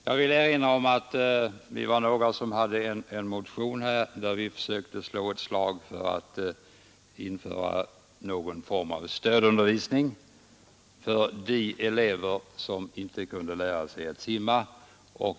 Jag vill erinra om en motion, där jag tillsammans med en annan ledamot försökte slå ett slag för någon form av stödundervisning åt de elever som inte kunnat lära sig att simma.